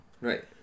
Right